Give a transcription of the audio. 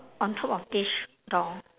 on top of this door